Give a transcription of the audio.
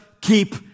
keep